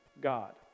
God